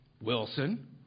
Wilson